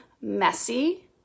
messy